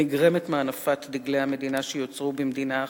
הנגרמת מהנפת דגלי המדינה שיוצרו במדינה אחרת,